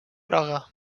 groga